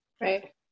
Right